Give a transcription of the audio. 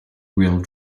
real